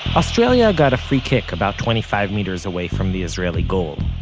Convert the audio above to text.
australia got a free kick, about twenty-five meters away from the israeli goal.